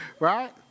Right